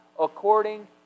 according